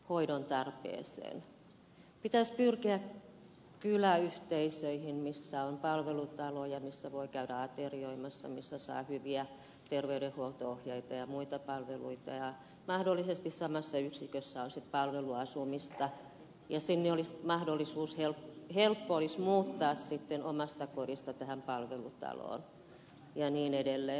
pitäisi pyrkiä kyläyhteisöihin missä on palvelutaloja missä voi käydä aterioimassa missä saa hyviä terveydenhuolto ohjeita ja muita palveluita mahdollisesti samassa yksikössä olisi sitten palveluasumista olisi helppo muuttaa sitten omasta kodista tähän palvelutaloon ja niin edelleen